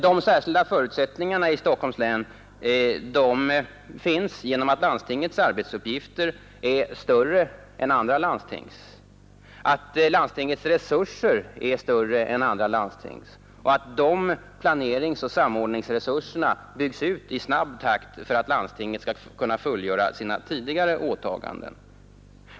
De särskilda förutsättningarna i Stockholms län finns genom att detta landstings arbetsuppgifter och resurser är större än andra landstings samt genom att dessa planeringsoch samordningsresurser byggs ut i snabb takt för att landstinget skall kunna fullgöra sina tidigare åtaganden.